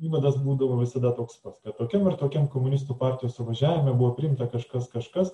įvadas būdavo visada toks pats kad tokiam ir tokiam komunistų partijos suvažiavime buvo priimta kažkas kažkas